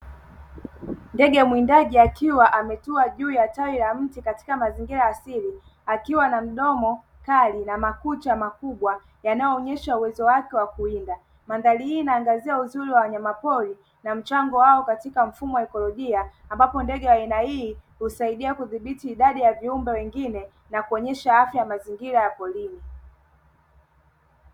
Ndege mwindaji akiwa ametua juu ya tawi la mti katika mazingira ya asili, akiwa na mdomo kali na makucha makubwa yanayoonyesha uwezo wake wakuwinda, maandhari hii inaangazia uzuri wa wanyamapori na mchango wao katika mfumo wa ekolojia ambapo ndege wa aina hii husaidia kudhibiti idadi ya viumbe wengine na kuonyesha afya ya mazingira ya porini.